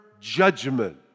judgment